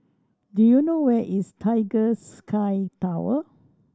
do you know where is Tiger Sky Tower